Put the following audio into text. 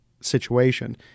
situation